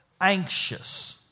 anxious